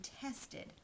tested